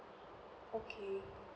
okay